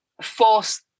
force